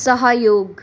सहयोग